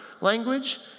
language